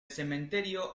cementerio